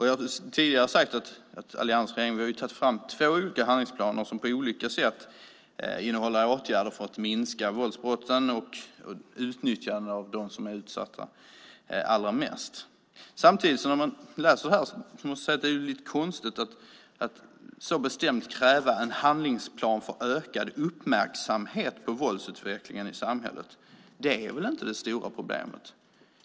Jag har tidigare sagt att alliansregeringen har tagit fram två handlingsplaner som på olika sätt innehåller åtgärder för att minska våldsbrotten och utnyttjandet av de allra mest utsatta. Samtidigt är det lite konstigt att så bestämt kräva en handlingsplan för ökad uppmärksamhet på våldsutvecklingen i samhället. Det är väl inte det stora problemet?